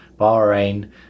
Bahrain